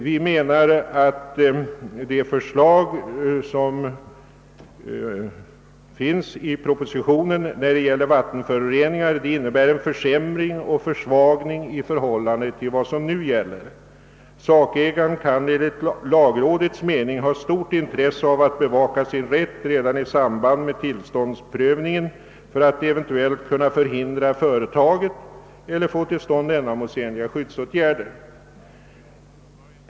Vi menar att propositionens förslag beträffande vattenföroreningar innebär en försämring och försvagning i förhållande till vad som nu gäller. En sakägare kan enligt lagrådets mening ha stort intresse av att bevaka sin rätt redan i samband med tillståndsprövningen för att eventuellt kunna förhindra företaget eller få till stånd ändamålsenliga skyddsåtgärder.